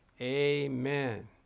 amen